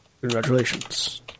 Congratulations